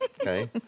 okay